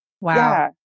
wow